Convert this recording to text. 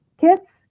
kits